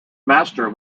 master